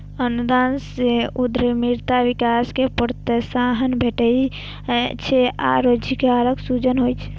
अनुदान सं उद्यमिता विकास कें प्रोत्साहन भेटै छै आ रोजगारक सृजन होइ छै